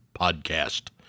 podcast